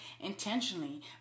intentionally